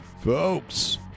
folks